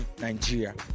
Nigeria